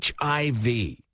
HIV